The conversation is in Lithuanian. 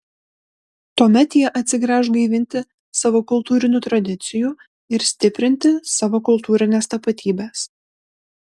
tuomet jie atsigręš gaivinti savo kultūrinių tradicijų ir stiprinti savo kultūrinės tapatybės